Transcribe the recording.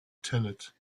tenet